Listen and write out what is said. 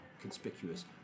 conspicuous